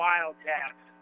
Wildcats